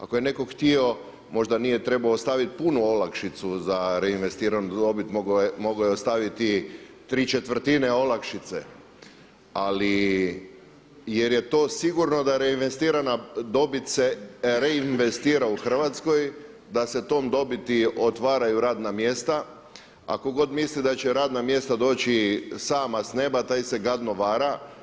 Ako je netko htio možda nije trebao ostaviti punu olakšicu za reinvestiranu dobit, mogao je ostaviti ¾ olakšice, ali jer je to sigurno da reinvestirana dobit se reinvestira u Hrvatskoj, da se tom dobiti otvaraju radna mjesta a ko god misli da će radna mjesta doći sama s neba taj se gadno vara.